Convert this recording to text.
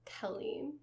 Kelly